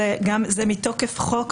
זהירות מוגברת